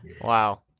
Wow